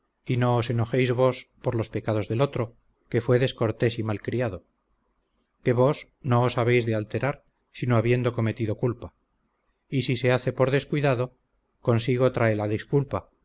y no os enojéis vos por los pecados del otro que fue descortés y mal criado que vos no os habéis de alterar no habiendo cometido culpa y si se hace por descuidado consigo trae la disculpa